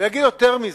אגיד יותר מזה: